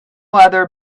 other